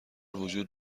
وجود